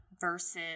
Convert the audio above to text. versus